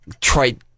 trite